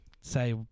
say